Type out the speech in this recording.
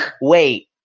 Wait